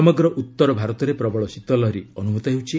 ସମଗ୍ର ଉତ୍ତର ଭାରତରେ ପ୍ରବଳ ଶୀତଲହରୀ ଅନୁଭୂତ ହେଉଛି